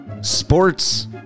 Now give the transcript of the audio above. sports